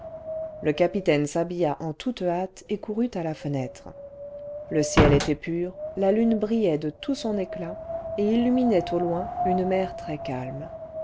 le capitaine s'habilla en tonte hâte et courut à la'fenêtre le ciel était pur la lune brillait de tout son éclat et illuminait au loin une mer très calme